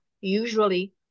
usually